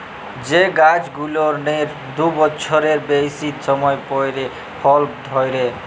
যে গাইছ গুলানের দু বচ্ছরের বেইসি সময় পইরে ফল ধইরে